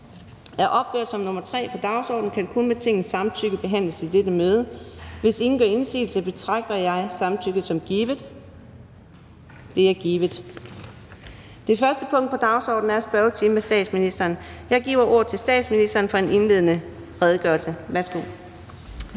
er opført som nr. 3 på dagsordenen, kan kun med Tingets samtykke behandles i dette møde. Hvis ingen gør indsigelse, betragter jeg samtykket som givet. Det er givet. --- Det første punkt på dagsordenen er: 1) Spørgetime med statsministeren. Kl. 13:01 Fjerde næstformand (Karina Adsbøl): Jeg giver ordet til statsministeren for en indledende redegørelse. Værsgo.